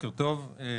בוקר טוב שוב.